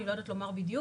אני לא יודעת לומר בדיוק,